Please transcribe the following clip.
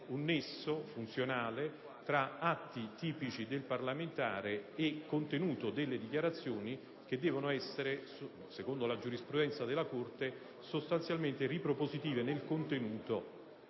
un nesso funzionale tra atti tipici del parlamentare e contenuto delle dichiarazioni che devono essere, secondo la giurisprudenza della Corte, sostanzialmente ripropositive nel contenuto